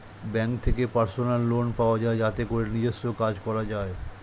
bank থেকে personal loan পাওয়া যায় যাতে করে নিজস্ব কাজ করা যায়